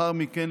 ולאחר מכן,